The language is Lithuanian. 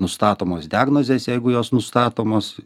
nustatomos diagnozės jeigu jos nustatomos